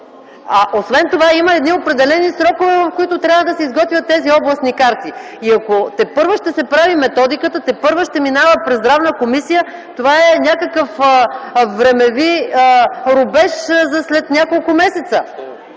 Освен това има едни определени срокове, в които трябва да се изготвят тези областни карти. И ако тепърва ще се прави методиката, тепърва ще минава през Здравна комисия, това е някакъв времеви рубеж за след няколко месеца.